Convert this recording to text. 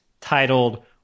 titled